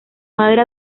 madre